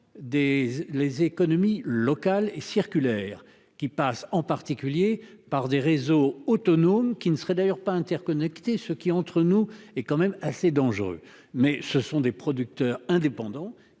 les économies locales et circulaires qui passe en particulier par des réseaux autonomes qui ne serait d'ailleurs pas interconnectés, ce qui entre nous est quand même assez dangereux. Mais ce sont des producteurs indépendants